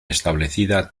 establecida